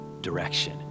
direction